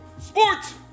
Sports